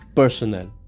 personal